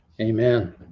amen